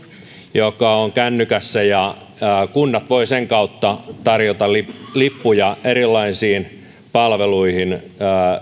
joka on kännykässä ja kunnat voivat sen kautta tarjota lippuja erilaisiin palveluihin